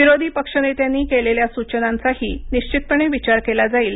विरोधी पक्षनेत्यांनी केलेल्या सूचनांचाही निश्चितपणे विचार केला जाईल